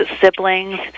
siblings